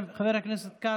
חבר הכנסת כץ.